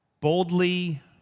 Boldly